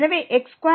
எனவே x2